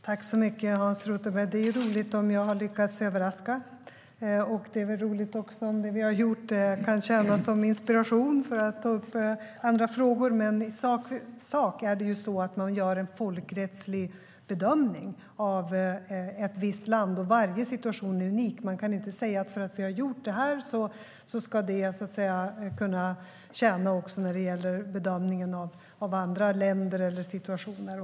Herr ålderspresident! Det är ju roligt om jag lyckas överraska, och det är roligt om det vi har gjort kan tjäna som inspiration för att ta upp andra frågor. Men i sak gör vi en folkrättslig bedömning av ett visst land, och varje situation är unik. Man kan inte säga att bara för att vi har gjort detta ska det också gälla vid bedömningen av andra länder eller situationer.